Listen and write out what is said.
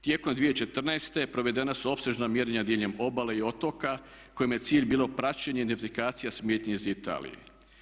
Tijekom 2014. provedena su opsežna mjerenja diljem obale i otoka kojima je cilj bilo praćenje i identifikacija smetnji iz Italije.